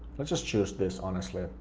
let's just choose this, honestly.